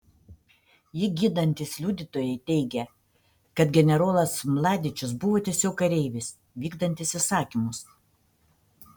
jį ginantys liudytojai teigia kad generolas mladičius buvo tiesiog kareivis vykdantis įsakymus